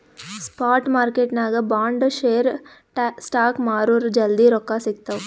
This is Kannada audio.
ಸ್ಪಾಟ್ ಮಾರ್ಕೆಟ್ನಾಗ್ ಬಾಂಡ್, ಶೇರ್, ಸ್ಟಾಕ್ಸ್ ಮಾರುರ್ ಜಲ್ದಿ ರೊಕ್ಕಾ ಸಿಗ್ತಾವ್